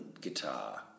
Guitar